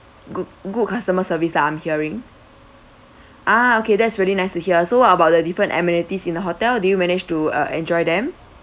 good good customer service lah I'm hearing ah okay that's really nice to hear so about the different amenities in the hotel do you manage to uh enjoy them